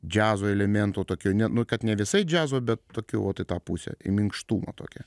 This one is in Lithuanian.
džiazo elementų tokioj ne nu kad ne visai džiazo bet tokiu vat tą pusę į minkštumą tokia